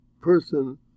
person